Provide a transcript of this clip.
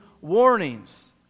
warnings